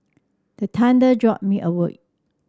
the thunder jolt me awake